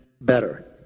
better